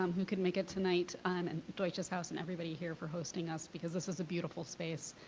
um who couldn't make it tonight, um and deutsches haus and everybody here for hosting us. because this is a beautiful space.